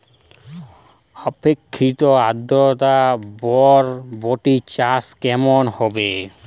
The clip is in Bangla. আপেক্ষিক আদ্রতা বরবটি চাষ কেমন হবে?